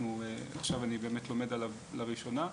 ועכשיו אני באמת לומד עליו לראשונה.